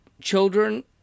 children